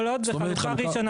כל עוד זה חלוקה ראשונה.